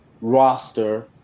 roster